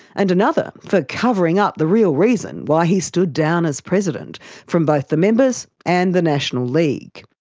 and another for covering up the real reason why he stood down as president from both the members and the national league.